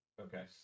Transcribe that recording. Okay